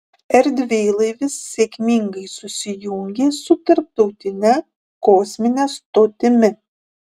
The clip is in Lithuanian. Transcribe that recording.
erdvėlaivis sėkmingai susijungė su tarptautine kosmine stotimi